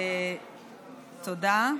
תודה.